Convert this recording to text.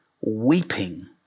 weeping